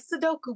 Sudoku